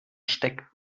steckt